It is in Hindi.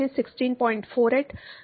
सही